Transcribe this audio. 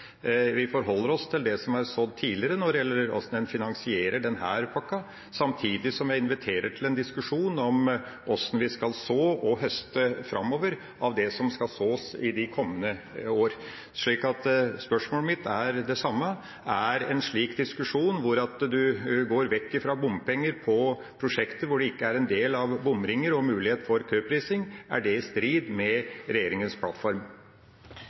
tidligere når det gjelder hvordan man finansierer denne pakka, samtidig som jeg inviterer til en diskusjon om hvordan vi skal så og høste framover av det som skal sås i de kommende år. Spørsmålet mitt er det samme: Er en slik diskusjon, hvor man går vekk fra bompenger på prosjekter hvor det ikke er en del av bomringer og mulighet for køprising, i strid med regjeringas plattform?